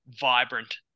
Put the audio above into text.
vibrant